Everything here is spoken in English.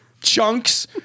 chunks